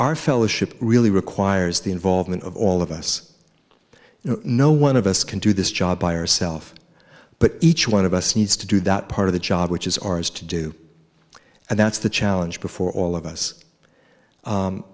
our fellowship really requires the involvement of all of us no one of us can do this job by ourself but each one of us needs to do that part of the job which is ours to do and that's the challenge before all of us